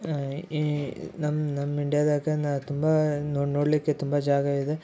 ಈ ನಮ್ಮ ನಮ್ಮ ಇಂಡಿಯಾದಾಗೆ ನಾನು ತುಂಬ ನೋಡಲಿಕ್ಕೆ ತುಂಬ ಜಾಗ ಇದೆ